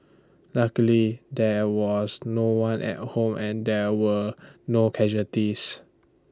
luckily there was no one at home and there were no casualties